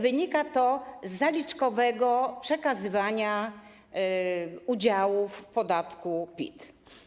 Wynika to z zaliczkowego przekazywania udziałów w podatku PIT.